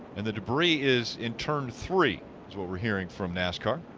and the debris is in turn three is what we are hearing from nascar.